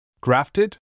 Grafted